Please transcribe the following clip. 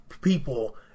people